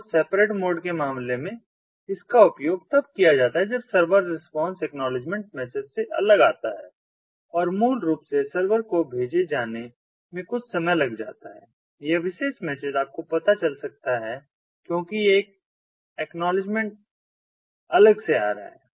और separate mode के मामले में इसका उपयोग तब किया जाता है जब सर्वर रिस्पांस एक्नॉलेजमेंट मैसेज से अलग आता है और मूल रूप से सर्वर को भेजे जाने में कुछ समय लग सकता है यह विशेष मैसेज आपको पता चल सकता है क्योंकि यह एक्नॉलेजमेंट अलग से आ रहा है